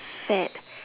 fad